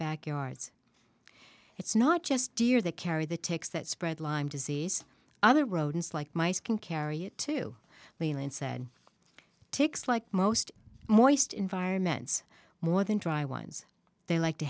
backyards it's not just deer that carry the takes that spread lyme disease other rodents like mice can carry to leeland said ticks like most more east environments more than dry ones they like to